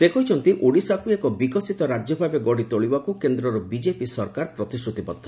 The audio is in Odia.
ସେ କହିଛନ୍ତି ଓଡ଼ିଶାକୁ ଏକ ବିକଶିତ ରାଜ୍ୟ ଭାବେ ଗଢ଼ିତୋଳିବାକୁ କେନ୍ଦ୍ରର ବିଜେପି ସରକାର ପ୍ରତିଶ୍ରତିବଦ୍ଧ